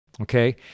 Okay